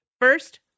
First